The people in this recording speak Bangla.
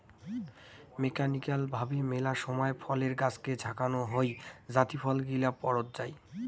মেকানিক্যাল ভাবে মেলা সময় ফলের গাছকে ঝাঁকানো হই যাতি ফল গিলা পড়ত যাই